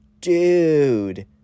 dude